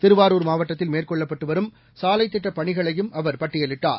திருவாரூர் மாவட்டத்தில் மேற்கொள்ளப்பட்டு வரும் சாலைத்திட்டப் பணிகளையும் அவர் பட்டியலிட்டார்